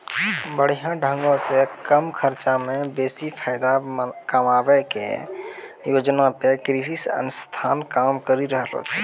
बढ़िया ढंगो से कम खर्चा मे बेसी फायदा कमाबै के योजना पे कृषि संस्थान काम करि रहलो छै